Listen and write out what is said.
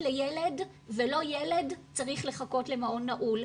לילד ולא ילד צריך לחכות למעון נעול.